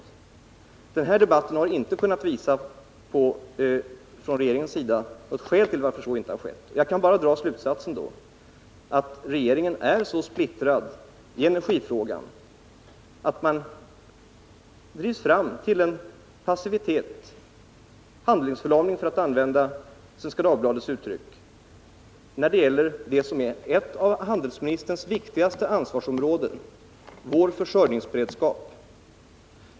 I den här debatten har man från regeringens sida inte kunnat påvisa ett skäl till varför så inte har skett. Jag kan då bara dra slutsatsen att regeringen är så splittrad i energifrågan, att det lett fram till en passivitet, en handlingsförlamning för att använda Svenska Dagbladets uttryck, när det gäller ett av handelsministerns viktigaste ansvarsområden: vår försörjningsberedskap.